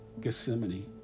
Gethsemane